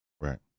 Right